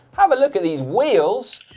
have a look at these wheels.